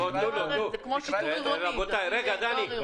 דני, רגע.